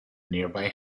nearby